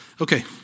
Okay